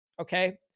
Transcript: okay